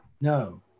no